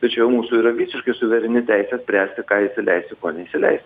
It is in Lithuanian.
tai čia jau mūsų yra visiškai suvereni teisė spręsti ką įsileisti ko neįsileisti